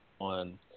on –